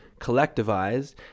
collectivized